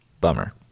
Bummer